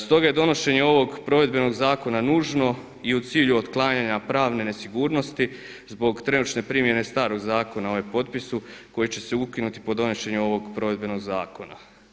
Stoga je donošenje ovog provedbenog zakona nužno i u cilju otklanjanja pravne nesigurnosti zbog trenutačne primjene starog zakona o e-potpisu koji će se ukinuti po donošenju ovog provedbenog zakona.